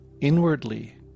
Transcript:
inwardly